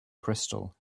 crystal